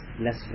less